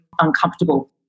uncomfortable